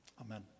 Amen